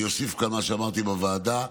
אני אוסיף כאן מה שאמרתי בוועדה: